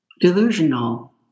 delusional